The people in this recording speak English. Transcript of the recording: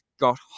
got